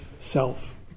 self